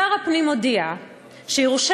שר הפנים הודיע שירושלים,